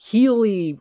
Healy